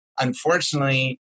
Unfortunately